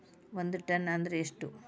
ಒಂದ್ ಟನ್ ಅಂದ್ರ ಎಷ್ಟ?